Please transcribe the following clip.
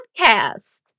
podcast